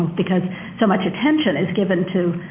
because so much attention is given to,